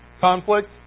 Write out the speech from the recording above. Conflict